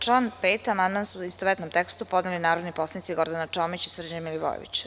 Na član 5. amandman u istovetnom tekstu podneli su narodni poslanici Gordana Čomić i Srđan Milivojević.